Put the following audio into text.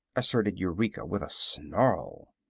asserted eureka, with a snarl.